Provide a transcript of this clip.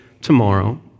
tomorrow